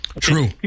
True